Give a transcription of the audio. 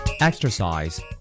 Exercise